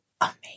amazing